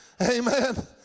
Amen